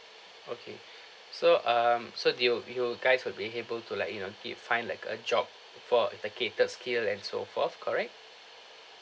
okay so um so do you you guys will be able to like you know it find like a job for the catered skill and so forth correct